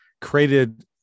created